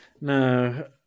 No